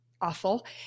awful